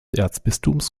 erzbistums